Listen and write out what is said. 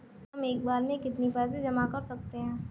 हम एक बार में कितनी पैसे जमा कर सकते हैं?